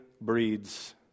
breeds